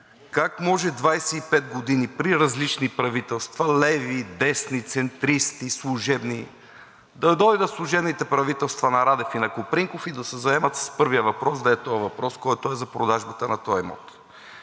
как може 25 години при различни правителства – леви, десни, центристки, служебни, и да дойдат служебните правителства на Радев и на Копринков и да се заемат с първия въпрос, който е въпросът за продажбата на този имот?